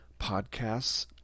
Podcasts